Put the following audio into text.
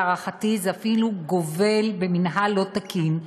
להערכתי זה אפילו גובל במינהל לא תקין,